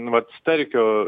vat starkių